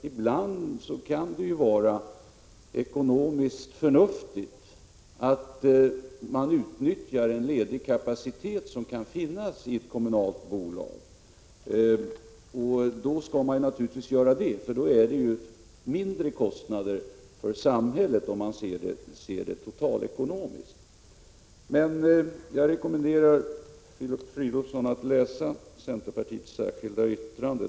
Ibland kan det vara ekonomiskt förnuftigt att utnyttja den lediga kapacitet som kan finnas i ett kommunalt bolag, och då skall man naturligtvis göra det, eftersom det innebär lägre kostnader för samhället totalekonomiskt sett. Jag rekommenderar Filip Fridolfsson att läsa centerpartiets särskilda yttrande.